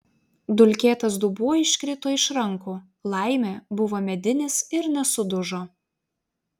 dulkėtas dubuo iškrito iš rankų laimė buvo medinis ir nesudužo